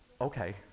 Okay